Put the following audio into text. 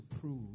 prove